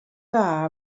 dda